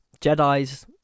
Jedi's